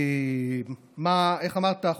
איך אמרת?